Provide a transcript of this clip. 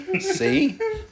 See